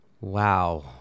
Wow